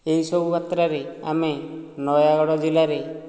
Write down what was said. ଏହିସବୁ ମାତ୍ରାରେ ଆମେ ନୟାଗଡ଼ ଜିଲ୍ଲାରେ